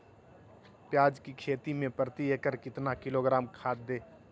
प्याज की खेती में प्रति एकड़ कितना किलोग्राम खाद दे?